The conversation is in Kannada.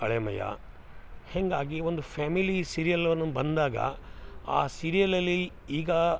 ಅಳಿಮಯ್ಯ ಹಂಗಾಗಿ ಒಂದು ಫ್ಯಾಮಿಲಿ ಸೀರಿಯಲ್ ಅನ್ನೋದು ಬಂದಾಗ ಆ ಸೀರಿಯಲ್ಲಲ್ಲಿ ಈಗ